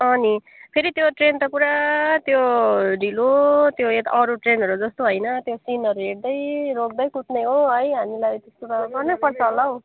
अँ नि फेरि त्यो ट्रेन त पुरा त्यो ढिलो त्यो अरू ट्रेनहरू जस्तो होइन त्यो सिनहरू हेर्दै रोक्दै कुद्ने हो है हामीलाई त्यस्तो त गर्नैपर्छ होला हो